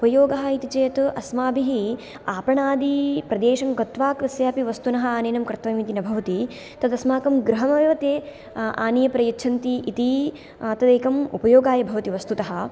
उपयोगः इति चेत् अस्माभिः आपणादिप्रदेशं गत्वा कस्यापि वस्तुनः आनयनं कर्तव्यं इति न भवति तद् अस्माकं गृहम् एव ते आनीय प्रयच्छन्ति इति एकं तु उपयोगाय भवति वस्तुतः